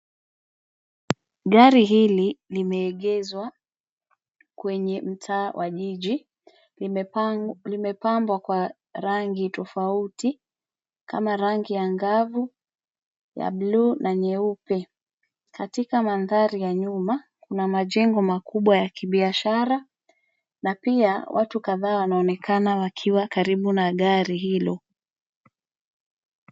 Gari hili limeegezwa kwenye mtaa wa jiji. Limepambwa kwa rangi tofauti kama rangi angavu ya buluu na nyeupe. Katika mandhari ya nyuma kuna majengo makubwa ya kibiashara na pia watu kadhaa wanaonekana wakiwa karibu na gari hilo.